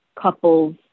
couple's